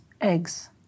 eggs